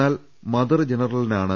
എന്നാൽ മദർ ജനറലിനാണ്